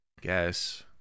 guess